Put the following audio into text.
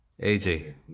AJ